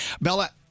Bella